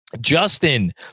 Justin